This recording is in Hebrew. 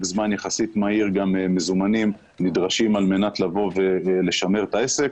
זמן מהיר יחסית גם מזומנים נדרשים על מנת לשמר את העסק.